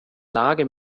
lage